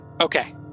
Okay